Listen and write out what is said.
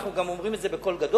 אנחנו גם אומרים את זה בקול גדול,